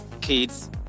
kids